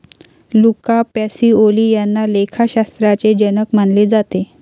Luca Pacioli यांना लेखाशास्त्राचे जनक मानले जाते